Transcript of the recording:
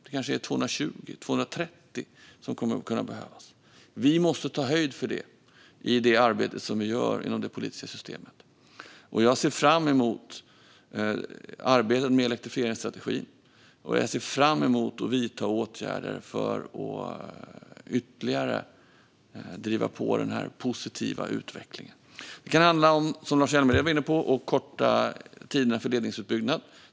Det kanske är 220-230 som kommer att kunna behövas. Vi måste ta höjd för det i det arbete som vi gör inom det politiska systemet. Jag ser fram emot arbetet med elektrifieringsstrategin och att vidta åtgärder för att ytterligare driva på den positiva utvecklingen. Den kan handla om att korta tiderna för ledningsutbyggnad, som Lars Hjälmered var inne på.